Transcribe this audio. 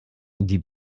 die